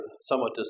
somewhat